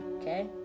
Okay